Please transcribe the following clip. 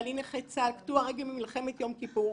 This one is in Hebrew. בעלי נכה צה"ל, קטוע רגל ממלחמת יום כיפור.